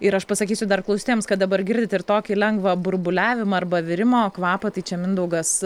ir aš pasakysiu dar klausytojams kad dabar girdit ir tokį lengvą burbuliavimą arba virimo kvapą tai čia mindaugas